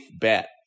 bet